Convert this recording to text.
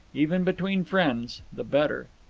even between friends, the better.